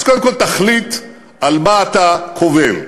אז קודם כול תחליט על מה אתה קובל.